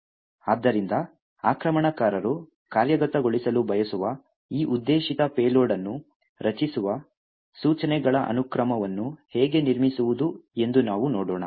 ಆದ್ದರಿಂದ ಆಕ್ರಮಣಕಾರರು ಕಾರ್ಯಗತಗೊಳಿಸಲು ಬಯಸುವ ಈ ಉದ್ದೇಶಿತ ಪೇಲೋಡ್ ಅನ್ನು ರಚಿಸುವ ಸೂಚನೆಗಳ ಅನುಕ್ರಮವನ್ನು ಹೇಗೆ ನಿರ್ಮಿಸುವುದು ಎಂದು ನಾವು ನೋಡೋಣ